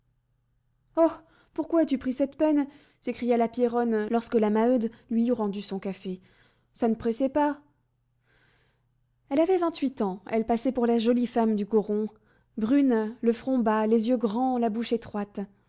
pourquoi as-tu pris cette peine s'écria la pierronne lorsque la maheude lui eut rendu son café ça ne pressait pas elle avait vingt-huit ans elle passait pour la jolie femme du coron brune le front bas les yeux grands la bouche étroite